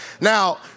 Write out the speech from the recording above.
Now